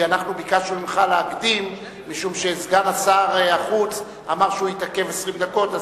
אנחנו ביקשנו ממך להקדים כי סגן שר החוץ אמר שהוא יתעכב 20 דקות,